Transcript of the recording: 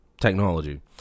technology